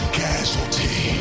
casualty